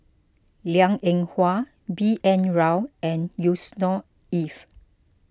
Liang Eng Hwa B N Rao and Yusnor Ef